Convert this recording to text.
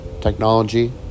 technology